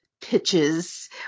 pitches